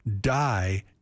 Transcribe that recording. die